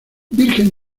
virgen